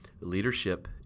Leadership